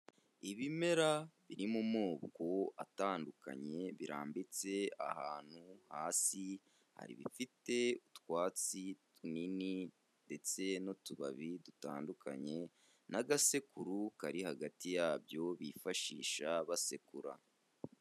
Ibimera biri mu moko atandukanye birambitse ahantu hasi, hari ibifite utwatsi tunini ndetse n'utubabi dutandukanye n'agasekuru kari hagati yabyo bifashisha basekura.